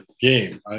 game